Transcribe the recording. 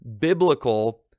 biblical